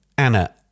Anna